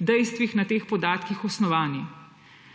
dejstvih, na teh podatkih osnovani.